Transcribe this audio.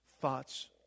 thoughts